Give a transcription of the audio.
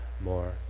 more